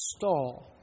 stall